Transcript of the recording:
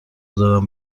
دارم